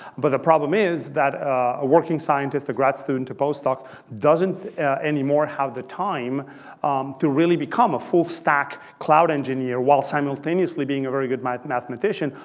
but the problem is that a working scientist, a grad student, a postdoc doesn't anymore have the time to really become a full stack cloud engineer while simultaneously being a very good mathematician,